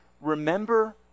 Remember